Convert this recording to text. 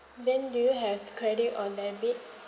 then do you have credit or debit